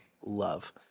love